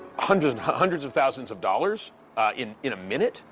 hundreds and hundreds of thousands of dollars in in a minute.